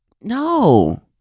No